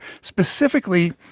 Specifically